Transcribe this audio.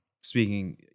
speaking